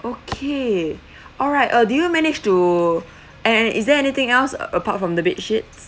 okay all right uh do you manage to and is there anything else uh apart from the bed sheets